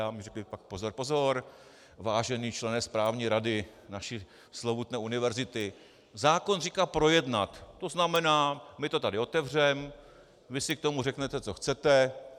A pak mi řekli: Pozor, pozor, vážený člene správní rady naší slovutné univerzity, zákon říká projednat, to znamená, my to tady otevřeme, vy si k tomu řeknete, co chcete.